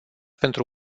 pentru